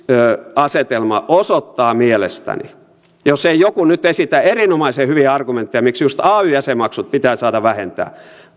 asetelma osoittaa mielestäni jos ei joku nyt esitä erinomaisen hyviä argumentteja miksi just ay jäsenmaksut pitää saada vähentää